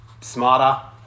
smarter